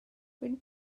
wyt